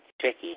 Tricky